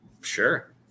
Sure